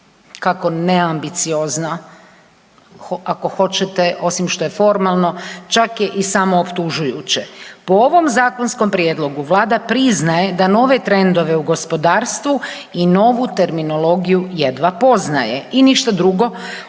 Kako neambiciozna ako hoćete osim što je formalno čak je i samo optužujuće. Po ovom zakonskom prijedlogu Vlada priznaje da nove trendove u gospodarstvu i novu terminologiju jedva poznaje i ništa drugo